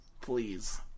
Please